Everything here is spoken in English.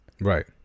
Right